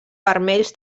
vermells